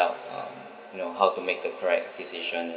out um you know how to make the correct decision